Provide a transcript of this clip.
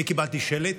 אני קיבלתי שלט,